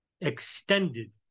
extended